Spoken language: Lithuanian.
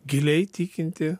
giliai tikinti